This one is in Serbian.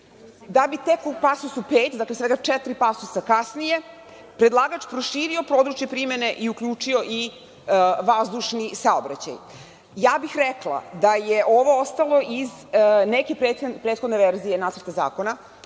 da bi tek u pasusu 5, dakle svega četiri pasusa kasnije, predlagač proširio područje primene i uključio i vazdušni saobraćaj. Rekla bih da je ovo ostalo iz neke prethodne verzije nacrta zakona,